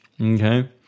Okay